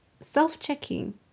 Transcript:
self-checking